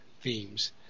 themes